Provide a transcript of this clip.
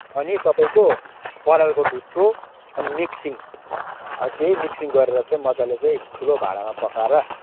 अनि तपाईँको परालको ढुट्टो अनि मिक्सिङ अब त्यही मिक्सिङ गरेर चाहिँ मजाले चाहिँ ठुलो भाँडामा पकाएर